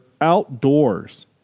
outdoors